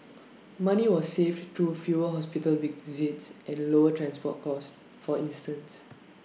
money was saved through fewer hospital visits and lower transport costs for instance